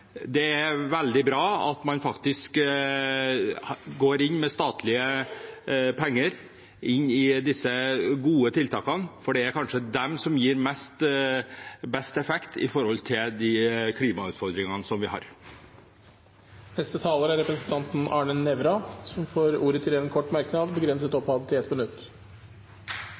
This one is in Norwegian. det er veldig bra at man går inn med statlige penger til disse gode tiltakene, for det er kanskje de som gir best effekt for de klimautfordringene vi har. Representanten Arne Nævra har hatt ordet to ganger tidligere og får ordet til en kort merknad, begrenset til 1 minutt.